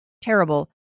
terrible